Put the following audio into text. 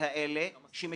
אנחנו כציבור אחראי,